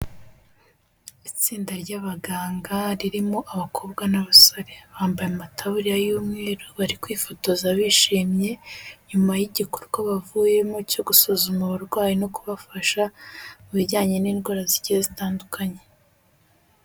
Itsinda ry'abaganga, ririmo abakobwa n'abasore. Bambaye amataburiya y'umweru, bari kwifotoza, bishimye, nyuma y'igikorwa bavuyemo cyo gusuzuma abarwayi no kubafasha, mu bijyanye n'indwara zigiye zitandukanye.